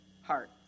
Heart